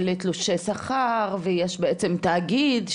של תלושי שכר ויש בעצם תאגיד,